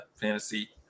fantasy